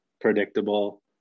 predictable